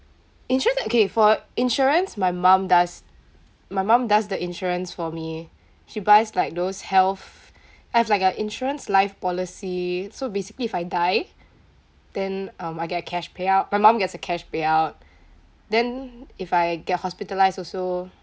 insurance okay for insurance my mum does my mum does the insurance for me she buys like those health I've like a insurance life policy so basically if I die then um I get a cash payout my mum gets the cash payout then if I get hospitalised also